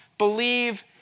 believe